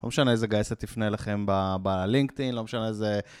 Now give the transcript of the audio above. לא משנה איזה גייסת תפנה לכם בלינקט אין, לא משנה איזה...